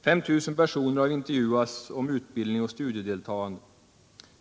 5 000 personer har intervjuats om utbildning och studiedeltagande.